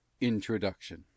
INTRODUCTION